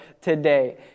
today